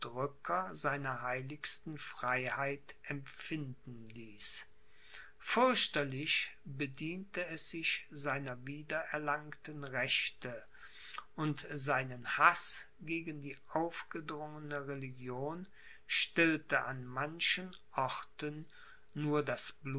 seiner heiligsten freiheit empfinden ließ fürchterlich bediente es sich seiner wieder erlangten rechte und seinen haß gegen die aufgedrungene religion stillte an manchen orten nur